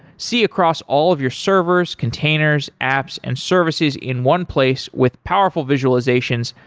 see across all of your servers, containers, apps and services in one place with powerful visualizations,